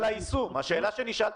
זה הולך ביחד עם זה שאנחנו כבר הרבה זמן